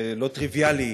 זה לא טריוויאלי